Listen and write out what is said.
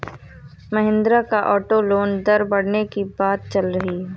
महिंद्रा का auto loan दर बढ़ने की बात चल रही है